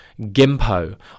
gimpo